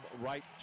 right